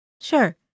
Sure